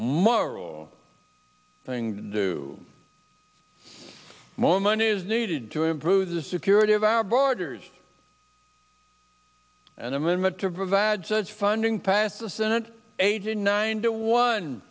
morrow thing to do more money is needed to improve the security of our borders an amendment to provide such funding passed the senate aged nine to one